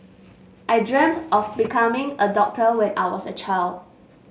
I dreamt of becoming a doctor when I was a child